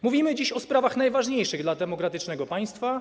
Mówimy dziś o sprawach najważniejszych dla demokratycznego państwa.